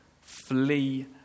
flee